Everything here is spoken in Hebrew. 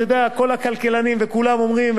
כל הכלכלנים וכולם אומרים,